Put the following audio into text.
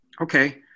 Okay